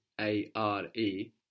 A-R-E